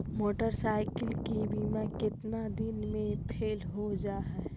Motorcycle के बिमा केतना दिन मे फेल हो जा है?